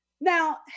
Now